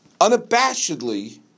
unabashedly